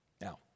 Now